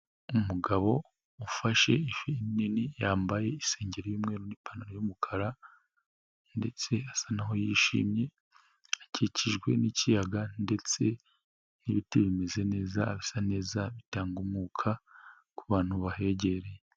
Umugabo ufashe ifi nini, yambaye isengeri y'umweru n'ipantaro y'umukara ndetse asa naho yishimye, akikijwe n'ikiyaga ndetse n'ibiti bimeze neza, harasa neza bitangamuka, ku bantu bahegereye.